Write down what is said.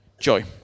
joy